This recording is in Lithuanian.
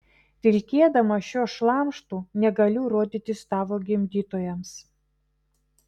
vilkėdama šiuo šlamštu negaliu rodytis tavo gimdytojams